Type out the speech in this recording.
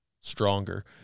stronger